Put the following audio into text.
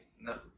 No